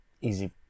easy